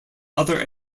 other